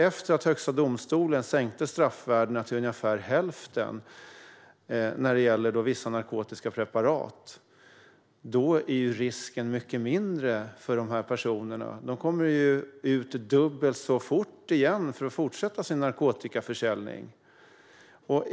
Efter att Högsta domstolen sänkte straffvärdena till ungefär hälften när det gäller vissa narkotiska preparat är ju risken mycket mindre för de här personerna. De kommer ut dubbelt så fort och kan fortsätta sin narkotikaförsäljning.